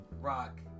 rock